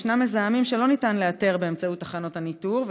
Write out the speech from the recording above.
יש מזהמים שאין אפשרות לאתר באמצעות תחנות הניטור,